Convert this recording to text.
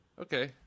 Okay